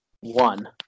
one